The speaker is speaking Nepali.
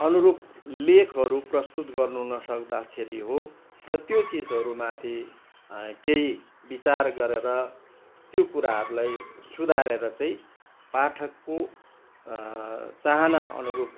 अनुरूप लेखहरू प्रस्तुत गर्नु नसक्दाखेरि हो र त्यो चिजहरू माथि केही बिचार गरेर त्यो कुराहरूलाई सुधारेर चाहिँ पाठकको चाहना अनुरूप